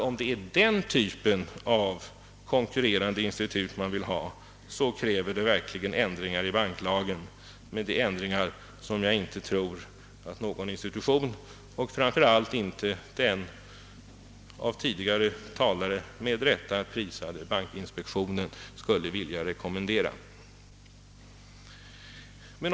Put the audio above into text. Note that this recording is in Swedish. Om det är denna typ av konkurrerande institut högern vill ha, krävs det verkligen ändringar i banklagen, men sådana ändringar tror jag inte att någon institution, framför allt inte den av tidigare talare med rätta prisade bankinspektionen, skulle vilja rekommendera.